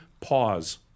Pause